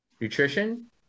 nutrition